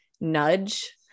nudge